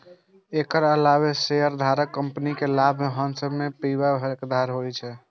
एकर अलावे शेयरधारक कंपनीक लाभ मे सं हिस्सा पाबै के हकदार होइ छै